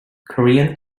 korean